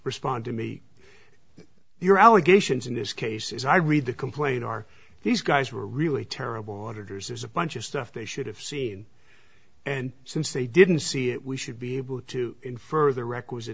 respond to me your allegations in this case as i read the complaint are these guys were really terrible orders a bunch of stuff they should have seen and since they didn't see it we should be able to for the requisite